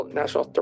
national